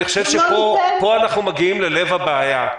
אני חושב שפה אנחנו מגיעים ללב הבעיה.